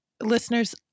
listeners